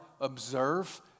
observe